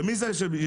ומי זה שישלם?